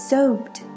Soaped